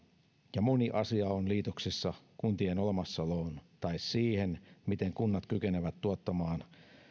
ja moni asia on liitoksissa kuntien olemassaoloon tai siihen miten kunnat kykenevät tuottamaan